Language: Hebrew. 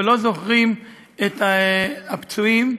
ולא זוכרים את הפצועים,